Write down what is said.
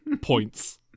points